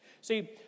See